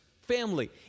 family